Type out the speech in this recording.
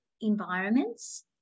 environments